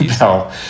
No